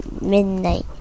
midnight